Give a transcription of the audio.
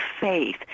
faith